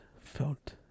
Felt